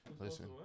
Listen